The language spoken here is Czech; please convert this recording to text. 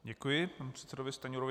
Děkuji panu předsedovi Stanjurovi.